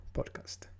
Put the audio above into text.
Podcast